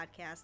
Podcast